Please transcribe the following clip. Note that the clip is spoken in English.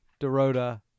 Dorota